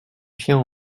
chiens